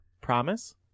promise